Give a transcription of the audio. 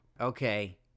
Okay